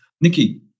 Nikki